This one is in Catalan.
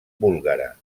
búlgara